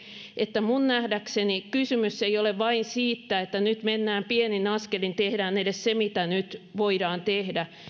että minun nähdäkseni kysymys ei ole vain siitä että nyt mennään pienin askelin tehdään edes se mitä nyt voidaan tehdä